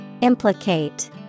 Implicate